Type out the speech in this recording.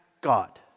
God